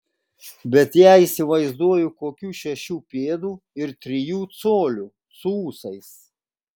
bet ją įsivaizduoju kokių šešių pėdų ir trijų colių su ūsais